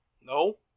No